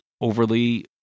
overly